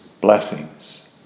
blessings